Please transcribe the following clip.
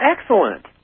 excellent